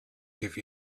give